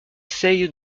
seye